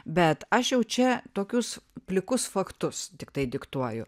bet aš jau čia tokius plikus faktus tiktai diktuoju